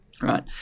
right